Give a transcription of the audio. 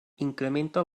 incrementa